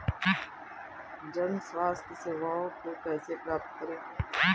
जन स्वास्थ्य सेवाओं को कैसे प्राप्त करें?